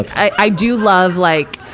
i, i do love, like,